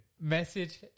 message